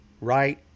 right